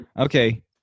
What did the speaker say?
okay